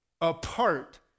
apart